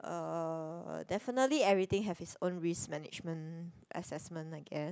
um definitely everything have it's own risk management assessment I guess